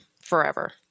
forever